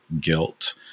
guilt